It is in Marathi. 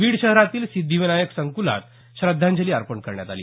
बीड शहरातील सिद्धिविनायक संकलात श्रद्धांजली अपर्ण करण्यात आली